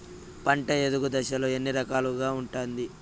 పంట ఎదుగు దశలు ఎన్ని రకాలుగా ఉంటుంది?